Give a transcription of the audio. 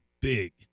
big